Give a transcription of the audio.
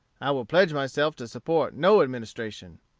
i will pledge myself to support no administration.